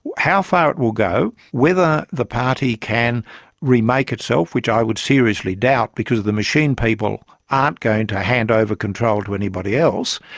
how far it will go, whether the party can remake itself, which i would seriously doubt, because the machine people aren't going to hand over control to anybody else,